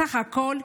בסך הכול,